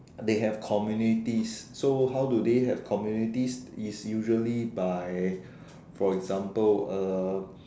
they have communities so how do they have communities is usually by for example uh